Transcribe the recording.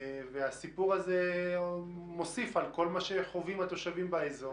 הסיפור הזה מוסיף על כל מה שחווים התושבים באזור,